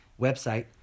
website